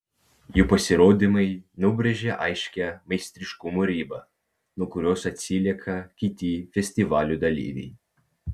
jų pasirodymai nubrėžia aiškią meistriškumo ribą nuo kurios atsilieka kiti festivalių dalyviai